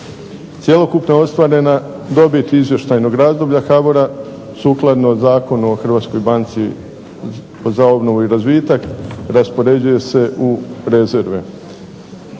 Cjelokupno ostvarena dobit izvještajnog razdoblja HBOR-a sukladno Zakonu o Hrvatskoj banci za obnovu i razvitak raspoređuje se u rezerve.